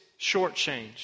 Shortchanged